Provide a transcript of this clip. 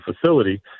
facility